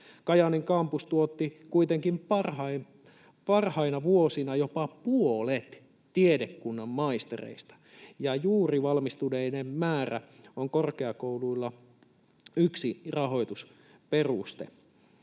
Kajaanin kampus tuotti kuitenkin parhaina vuosina jopa puolet tiedekunnan maistereista, ja juuri valmistuneiden määrä on korkeakouluilla yksi rahoitusperuste.”